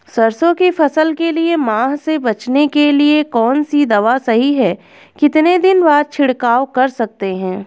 सरसों की फसल के लिए माह से बचने के लिए कौन सी दवा सही है कितने दिन बाद छिड़काव कर सकते हैं?